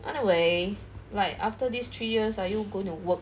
anyway like after these three years are you going to work